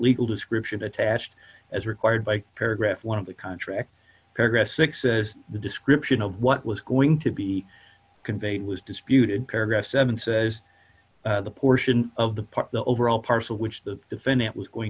legal description attached as required by paragraph one of the contract paragraph six says the description of what was going to be conveyed was disputed paragraph seven says the portion of the part of the overall parcel which the defendant was going